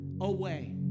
away